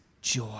joy